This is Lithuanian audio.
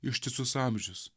ištisus amžius